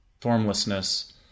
formlessness